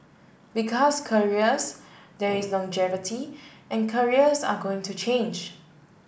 because careers there is longevity and careers are going to change